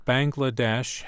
Bangladesh